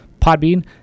podbean